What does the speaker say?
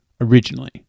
originally